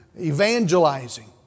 evangelizing